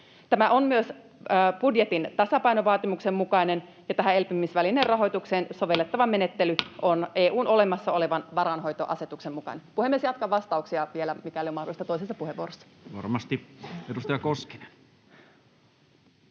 Tämä on myös budjetin tasapainovaatimuksen mukainen, ja tähän elpymisvälineen rahoitukseen sovellettava menettely on EU:n olemassa olevan varainhoitoasetuksen mukainen. Puhemies! Jatkan vastauksia vielä, mikäli on mahdollista, toisessa puheenvuorossa. [Speech 137] Speaker: Toinen